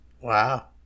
Wow